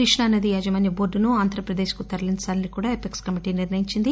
కృష్ణా నదీ యాజమాన్య బోర్టును ఆంధ్రప్రదేశ్ కు తరలించాలని కూడా ఎపెక్స్ కమిటీ నిర్ణయించింది